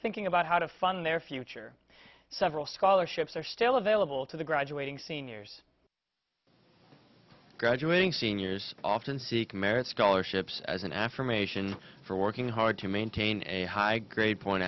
thinking about how to fund their future several scholarships are still available to the graduating seniors graduating seniors often seek merit scholarships as an affirmation for working hard to maintain a high grade point